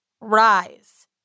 rise